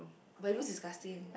but it looks disgusting